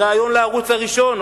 בריאיון לערוץ הראשון,